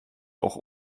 auch